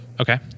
Okay